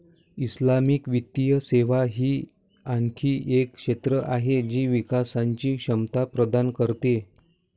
Islamic वित्तीय सेवा ही आणखी एक क्षेत्र आहे जी विकासची क्षमता प्रदान करते